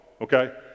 Okay